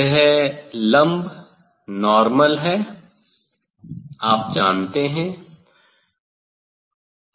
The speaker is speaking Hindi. यह लम्ब है आप जानते हैं